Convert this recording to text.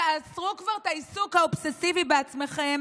תעצרו כבר את העיסוק האובססיבי בעצמכם